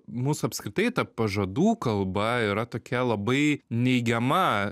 mūsų apskritai ta pažadų kalba yra tokia labai neigiama